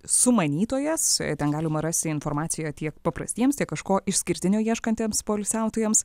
sumanytojas ten galima rasti informaciją tiek paprastiems tiek kažko išskirtinio ieškantiems poilsiautojams